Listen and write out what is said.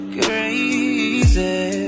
crazy